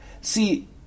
See